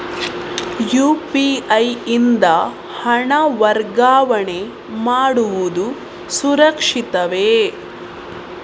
UPI ಯಿಂದ ಹಣ ವರ್ಗಾವಣೆ ಮಾಡುವುದು ಸುರಕ್ಷಿತವೇ?